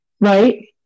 Right